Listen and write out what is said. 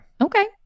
Okay